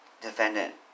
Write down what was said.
defendant